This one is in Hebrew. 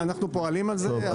אנו פועלים על זה.